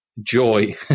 joy